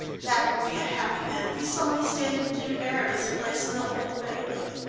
jack would be a happy man if he saw me stand in jim meredith's place in the old bailey.